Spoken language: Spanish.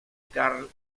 carl